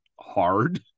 hard